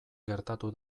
gertatu